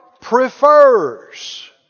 prefers